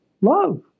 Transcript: love